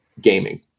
Gaming